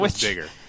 bigger